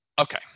Okay